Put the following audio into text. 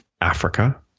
Africa